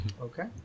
Okay